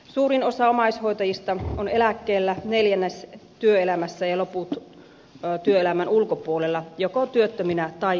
suurin osa omaishoitajista on eläkkeellä neljännes työelämässä ja loput työelämän ulkopuolella joko työttöminä tai virkavapailla